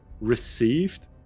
received